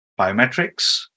Biometrics